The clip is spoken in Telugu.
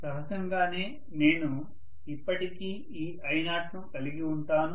సహజంగానే నేను ఇప్పటికీ ఈ I0 ను కలిగి ఉంటాను